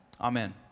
Amen